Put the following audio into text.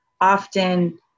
often